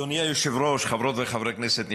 אדוני היושב-ראש, חברות וחברי כנסת נכבדים,